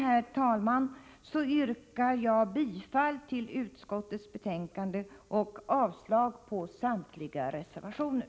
Med detta yrkar jag bifall till utskottets hemställan och avslag på samtliga reservationer.